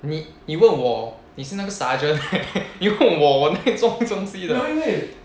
你你问我你是那个 sergeant leh 你问我我哪里做这东西的